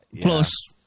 plus